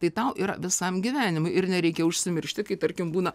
tai tau yra visam gyvenimui ir nereikia užsimiršti kai tarkim būna